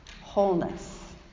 wholeness